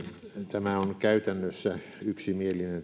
mietintö on käytännössä yksimielinen